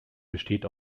besteht